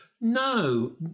No